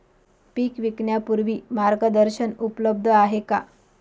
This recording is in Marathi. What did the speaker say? पीक विकण्यापूर्वी मार्गदर्शन उपलब्ध आहे का?